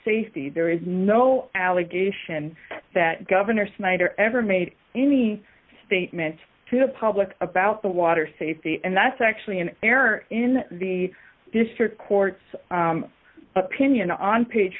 safety there is no allegation that governor snyder ever made any statements to the public about the water safety and that's actually an error in the district court's opinion on page